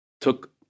Took